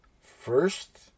first